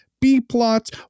b-plots